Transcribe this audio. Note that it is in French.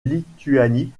lituanie